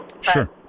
Sure